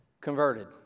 converted